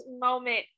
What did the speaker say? moment